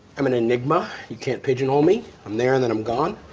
i'm an enigma. you can't pigeonhole me. i'm there and then i'm gone.